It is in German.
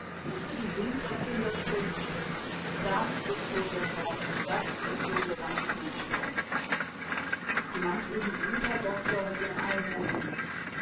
und für die winklerkinder strümpfe stricken das is so ihr fall das is so ihr ganzes menschentum sie meint's eben gut herr dokter mit ihren almosen